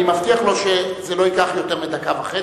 אני מבטיח לו שזה לא ייקח יותר מדקה וחצי.